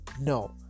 No